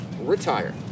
Retire